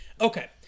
Okay